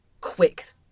quick